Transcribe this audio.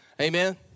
Amen